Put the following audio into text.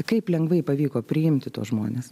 kaip lengvai pavyko priimti tuos žmones